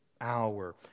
hour